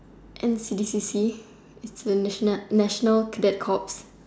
N_C_C_C national national cadet corps